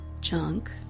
Junk